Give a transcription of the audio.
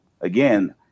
again